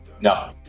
no